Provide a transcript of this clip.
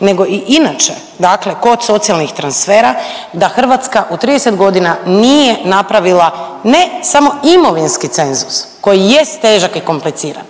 nego i inače dakle kod socijalnih transfera da Hrvatska u 30 godina nije napravila ne samo imovinski cenzus koji jest težak i kompliciran,